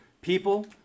people